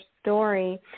story